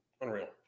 unreal